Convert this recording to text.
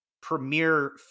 premier